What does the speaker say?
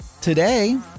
Today